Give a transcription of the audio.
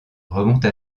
remonte